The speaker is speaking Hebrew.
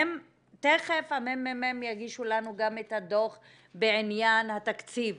תיכף הממ"מ יגישו לנו גם הדוח בעניין התקציב